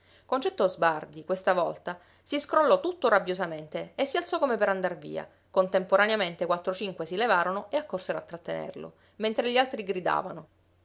concetto sbardi questa volta si scrollò tutto rabbiosamente e si alzò come per andar via contemporaneamente quattro o cinque si levarono e accorsero a trattenerlo mentre gli altri gridavano